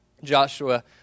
Joshua